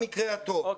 במקרה הטוב.